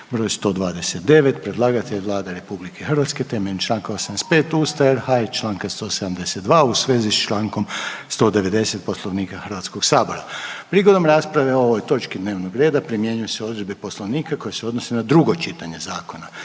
br. 127. Predlagatelj je Vlada RH na temelju čl. 85. Ustava RH i čl. 172., a u vezi s čl. 190. Poslovnika HS-a. Prigodom rasprave o ovoj točci dnevnog reda primjenjuju se odredbe Poslovnika koje se odnose na drugo čitanje zakona.